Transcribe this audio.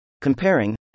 Comparing